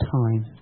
time